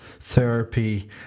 therapy